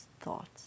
thoughts